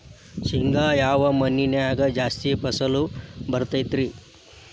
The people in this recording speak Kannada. ಶೇಂಗಾ ಯಾವ ಮಣ್ಣಿನ್ಯಾಗ ಜಾಸ್ತಿ ಫಸಲು ಬರತೈತ್ರಿ?